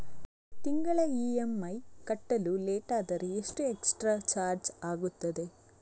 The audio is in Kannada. ತಿಂಗಳ ಇ.ಎಂ.ಐ ಕಟ್ಟಲು ಲೇಟಾದರೆ ಎಷ್ಟು ಎಕ್ಸ್ಟ್ರಾ ಚಾರ್ಜ್ ಆಗುತ್ತದೆ?